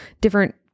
different